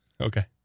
Okay